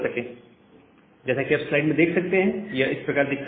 Refer SLide Time 2416 जैसा कि आप स्लाइड में देख सकते हैं यह इस प्रकार दिखता है